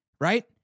Right